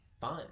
fun